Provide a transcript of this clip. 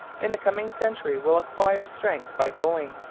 in the coming century, will acquire strength by going,